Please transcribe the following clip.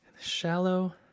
shallow